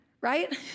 right